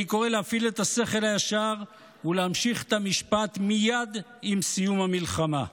אני קורא להפעיל את השכל הישר ולהמשיך את המשפט מייד עם סיום המלחמה.